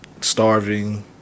starving